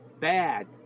bad